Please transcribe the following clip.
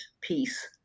peace